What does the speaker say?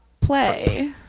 Play